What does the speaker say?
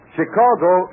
Chicago